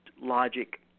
logic